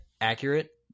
accurate